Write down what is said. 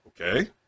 okay